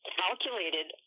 calculated